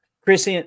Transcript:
chris